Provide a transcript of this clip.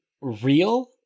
real